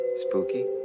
Spooky